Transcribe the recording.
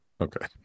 Okay